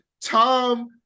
Tom